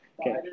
Okay